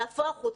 נהפוך הוא,